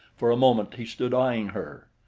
for a moment he stood eying her.